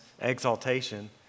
exaltation